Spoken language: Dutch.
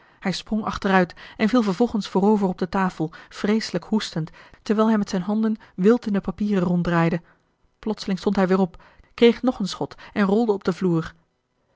hij sprong achteruit en viel vervolgens voorover op de tafel vreeselijk hoestend terwijl hij met zijn handen wild in de papieren ronddraaide plotseling stond hij weer op kreeg nog een schot en rolde op den vloer